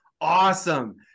awesome